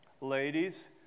ladies